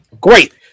Great